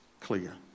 clear